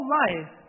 life